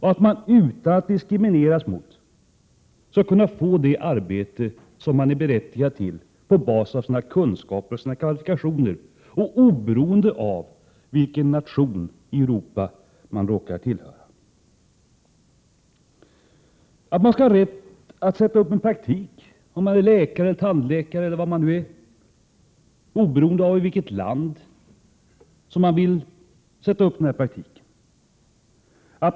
Man skall utan att diskrimineras kunna få det arbete man är berättigad till på basis av sina kunskaper och kvalifikationer, oberoende av vilken nation i Europa man råkar tillhöra. Man skall ha rätt att sätta upp en praktik, om man är läkare, tandläkare eller annan fri yrkesutövare, oberoende av i vilket land man vill verka.